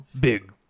Big